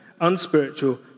unspiritual